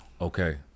Okay